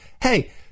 Hey